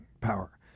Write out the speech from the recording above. power